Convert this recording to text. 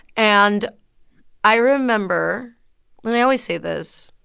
and i remember and i always say this.